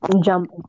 jump